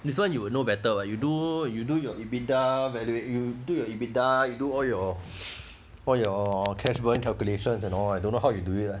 this [one] you will know better [what] you do you do your invinda value you do your invinda you do all your all your cash burn calculations and all I don't know how you do it [one]